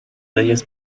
ellos